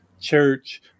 church